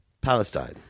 Palestine